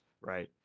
right